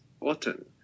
autumn